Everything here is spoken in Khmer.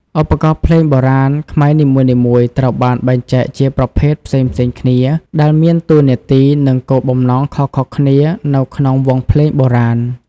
ឧបករណ៍ភ្លេងបុរាណខ្មែរនីមួយៗត្រូវបានបែងចែកជាប្រភេទផ្សេងៗគ្នា ដែលមានតួនាទី និងគោលបំណងខុសៗគ្នានៅក្នុងវង់ភ្លេងបុរាណ។